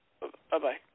Bye-bye